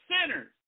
sinners